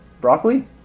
Broccoli